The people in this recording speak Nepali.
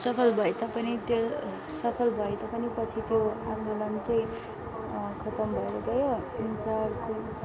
सफल भए तापनि त्यो सफल भए तापनि पछि त्यो आन्दोलन चाहिँ खतम भएर गयो अन्त अर्को